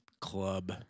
club